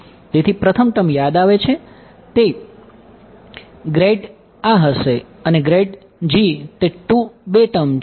તેથી પ્રથમ ટર્મ યાદ આવે છે તે આ હશે અને તે 2 ટર્મ છે